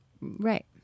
Right